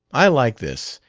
i like this!